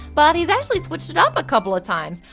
but he's actually switched it up a couple of times.